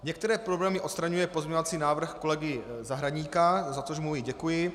Některé problémy odstraňuje pozměňovací návrh kolegy Zahradníka, za což mu i děkuji.